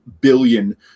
billion